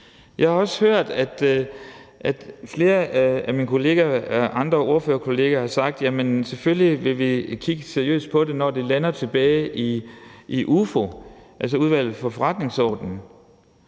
Jeg har også hørt, at flere af mine ordførerkollegaer har sagt, at de selvfølgelig vil kigge seriøst på det, når det lander tilbage i Udvalget for Forretningsordenen.